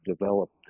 developed